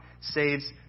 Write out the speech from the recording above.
saves